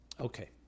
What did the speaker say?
okay